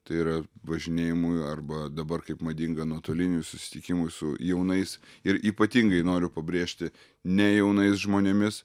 tai yra važinėjimui arba dabar kaip madinga nuotoliniui susitikimui su jaunais ir ypatingai noriu pabrėžti ne jaunais žmonėmis